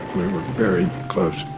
we were very close.